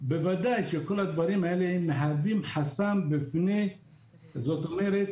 בוודאי שכל הדברים האלה מהווים חסם בפני האזרחים